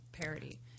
parody